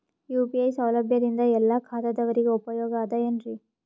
UPI ಸೌಲಭ್ಯದಿಂದ ಎಲ್ಲಾ ಖಾತಾದಾವರಿಗ ಉಪಯೋಗ ಅದ ಏನ್ರಿ?